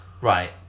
Right